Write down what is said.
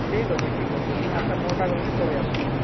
ଠିକ ଅଛି ଠିକ ଅଛି ମୁଇଁ ଆଠଟା ନଅଟା ବେଲ୍କେ ପଳେଇ ଆସ୍ମୀ